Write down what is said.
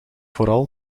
vooral